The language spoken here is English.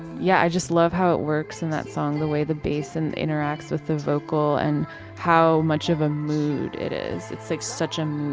yeah. i just love how it works and that song the way the bass and interacts with the vocal and how much of a mood it is. it's like such an